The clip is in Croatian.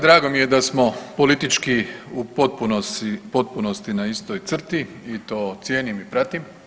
Drago mi je da smo politički u potpunosti na istoj crti i to cijenim i pratim.